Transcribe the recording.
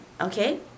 Okay